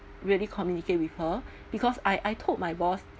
really communicate with her because I I told my boss